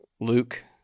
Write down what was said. Luke